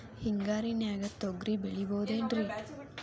ಹಿಂಗಾರಿನ್ಯಾಗ ತೊಗ್ರಿ ಬೆಳಿಬೊದೇನ್ರೇ?